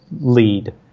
lead